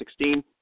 2016